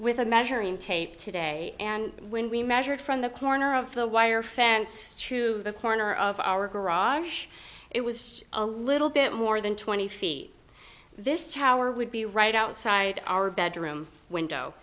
with a measuring tape today and when we measured from the corner of the wire fence to the corner of our garage it was a little bit more than twenty feet this tower would be right outside our bedroom window